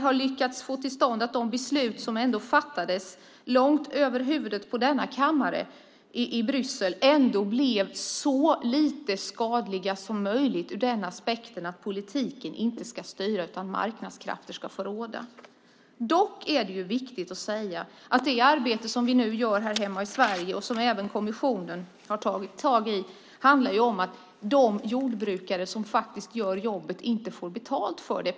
Han lyckades få till stånd beslut - som ju fattades i Bryssel, långt över huvudet på denna kammare - som trots allt blev så lite skadliga som möjligt, nämligen att politiken inte ska styra utan marknadskrafterna ska få råda. Samtidigt är det viktigt att säga att det arbete som vi nu gör här hemma i Sverige, och som även kommissionen har tagit tag i, gäller jordbrukare som faktiskt gör jobbet men inte får betalt för det.